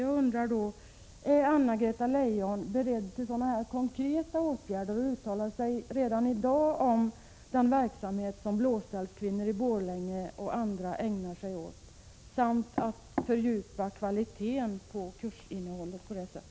Jag undrar om Anna Greta Leijon är beredd att vidta sådana konkreta åtgärder och redan i dag kan uttala sig om den verksamhet som blåställskvinnorna i Borlänge och andra ägnar sig åt. Är Anna-Greta Leijon beredd att fördjupa kvaliteten på kursinnehållet?